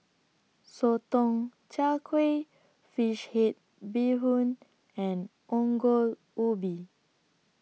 Sotong Char Kway Fish Head Bee Hoon and Ongol Ubi